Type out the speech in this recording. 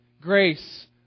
Grace